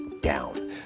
down